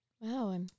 Wow